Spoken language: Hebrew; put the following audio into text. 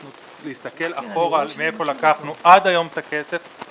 אנחנו צריכים להסתכל אחורה מאיפה לקחנו עד היום את הכסף זה לא רלוונטי.